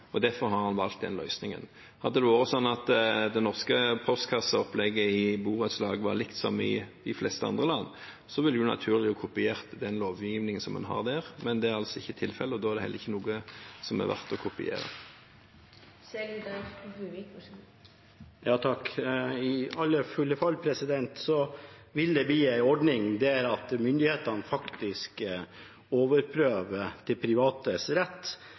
har. Derfor har en valgt den løsningen. Hadde det vært slik at det norske postkasseopplegget i borettslag var likt det som er i de fleste andre land, ville det vært naturlig å kopiere den lovgivingen en har der. Men det er altså ikke tilfellet, og da er det heller ikke noe som det er verdt å kopiere. I alle fulla fall vil dette bli en ordning der myndighetene faktisk overprøver